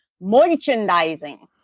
Merchandising